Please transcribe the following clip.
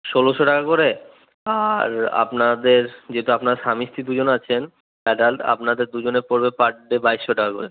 ষোলশো টাকা করে আর আপনাদের যেহেতু আপনারা স্বামী স্ত্রী দুজন আছেন অ্যাডাল্ট আপনাদের দুজনের পড়বে পার ডে বাইশশো টাকা করে